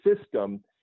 system